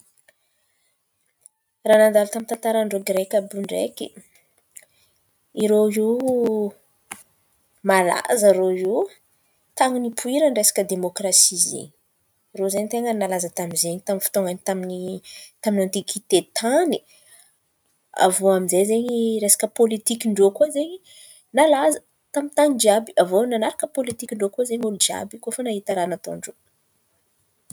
Raha nandalo tamin'ny tantaran-drô Greky àby iô ndraiky, irô iô malaza irô io, tamin'ny resaka nipoiran'ny demôkrasia izen̈y. Irô zen̈y ten̈a nalaza tamin'izen̈y fotoan̈a tamin'ny antikite tan̈y. Avô aminjay izen̈y resaka pôlitikin-drô koa zen̈y nalaza tamin'ny tan̈y jiàby; avô manaraka pôlitikin-drô koa zen̈y olo jiàby.